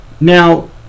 now